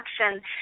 action